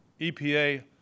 EPA